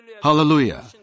Hallelujah